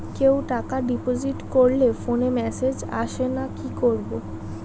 কেউ টাকা ডিপোজিট করলে ফোনে মেসেজ আসেনা কি করবো?